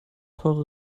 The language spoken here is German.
teure